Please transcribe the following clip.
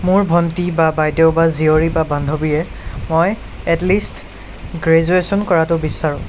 মোৰ ভণ্টী বা বাইদেউ বা জীয়ৰী বা বান্ধৱীয়ে মই এট লিষ্ট গ্ৰেজুৱেচন কৰাতো বিচাৰোঁ